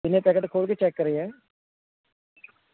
ਕਿੰਨੇ ਪੈਕਟ ਖੋਲ ਕੇ ਚੈੱਕ ਕਰੇ ਹੈ